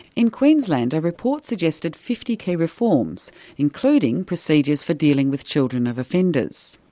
in queensland, a report suggested fifty key reforms including procedures for dealing with children of offenders.